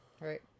Right